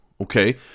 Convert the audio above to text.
Okay